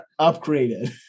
upgraded